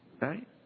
right